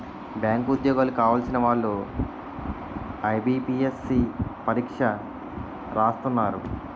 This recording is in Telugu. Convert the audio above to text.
బ్యాంకు ఉద్యోగాలు కావలసిన వాళ్లు ఐబీపీఎస్సీ పరీక్ష రాస్తున్నారు